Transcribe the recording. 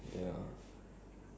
I try I try